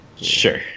Sure